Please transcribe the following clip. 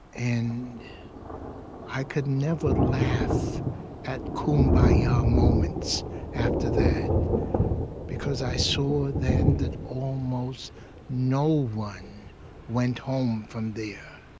and i could never laugh at kum bah ya moments after that because i saw then that almost no one went home from there.